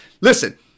Listen